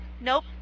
nope